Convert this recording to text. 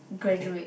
okay